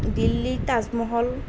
দিল্লীৰ তাজমহল